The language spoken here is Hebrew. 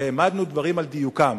והעמדנו דברים על דיוקם.